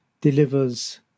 delivers